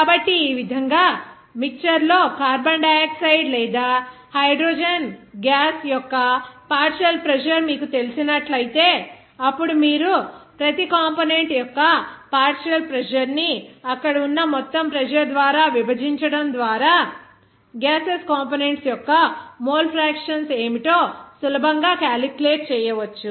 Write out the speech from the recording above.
కాబట్టి ఈ విధంగా మిక్చర్ లో కార్బన్ డయాక్సైడ్ లేదా హైడ్రోజన్ గ్యాస్ యొక్క పార్షియల్ ప్రెజర్ మీకు తెలిసినట్లయితే అప్పుడు మీరు ప్రతి కంపోనెంట్ యొక్క పార్షియల్ ప్రెజర్ ని అక్కడ ఉన్న మొత్తం ప్రెజర్ ద్వారా విభజించడం ద్వారా గ్యాసెస్ కంపోనెంట్స్ యొక్క మోల్ ఫ్రాక్షన్ ఏమిటో సులభంగా క్యాలిక్యులేట్ చేయవచ్చు